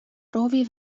proovi